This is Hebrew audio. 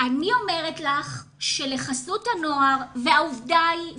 אני אומרת לך שלחסות הנוער והעובדה היא,